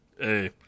Hey